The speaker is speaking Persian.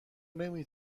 نمی